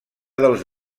dels